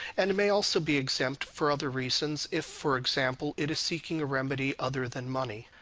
and may also be exempt for other reasons. if, for example, it is seeking a remedy other than money.